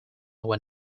were